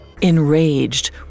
Enraged